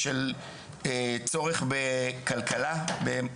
הרעיון של המוקד הוא שכל אחד יכול לפנות אליו,